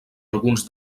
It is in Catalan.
alguns